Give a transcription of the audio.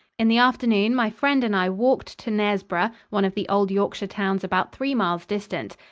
in the afternoon my friend and i walked to knaresborough, one of the old yorkshire towns about three miles distant.